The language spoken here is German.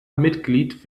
mitglied